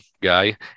guy